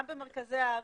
גם במרכזי הערים,